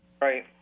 Right